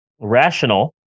rational